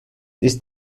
ist